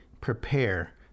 prepare